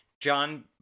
john